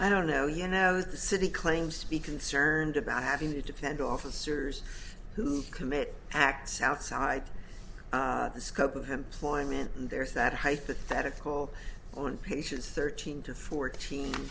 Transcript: i don't know you know the city claims to be concerned about having to defend officers who commit acts outside the scope of employment and there's that hypothetical on patients thirteen to fourteen